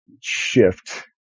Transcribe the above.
shift